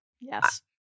Yes